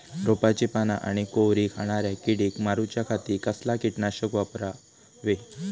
रोपाची पाना आनी कोवरी खाणाऱ्या किडीक मारूच्या खाती कसला किटकनाशक वापरावे?